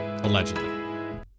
allegedly